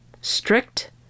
strict